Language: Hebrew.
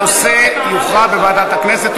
הנושא יוכרע בוועדת הכנסת.